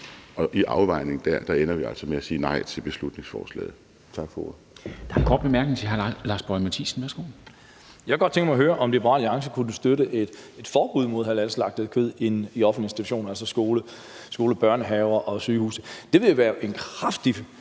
og i afvejningen dér ender vi altså med at sige nej til beslutningsforslaget. Tak for ordet.